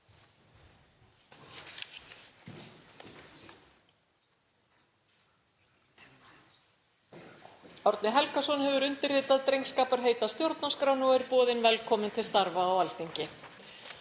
Árni Helgason hefur undirritað drengskaparheit að stjórnarskránni og er boðinn velkominn til starfa á Alþingi.